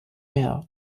meer